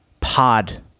pod